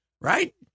right